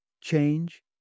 Change